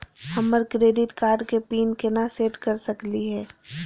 हमर credit card के pin केना सेट कर सकली हे?